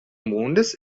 mondes